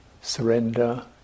surrender